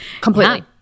Completely